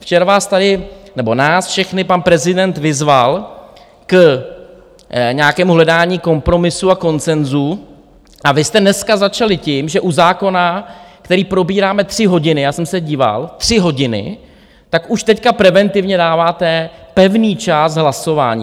Včera vás tady, nebo nás všechny pan prezident vyzval k nějakému hledání kompromisu a konsenzu, a vy jste dneska začali tím, že u zákona, který probíráme tři hodiny já jsem se díval, tři hodiny , už teď preventivně dáváte pevný čas hlasování.